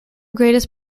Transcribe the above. greatest